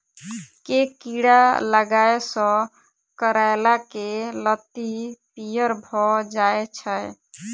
केँ कीड़ा लागै सऽ करैला केँ लत्ती पीयर भऽ जाय छै?